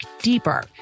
deeper